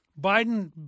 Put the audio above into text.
Biden